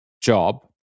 job